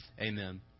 Amen